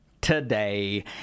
today